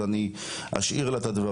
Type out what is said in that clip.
אני אשאיר לה את הדברים.